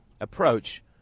approach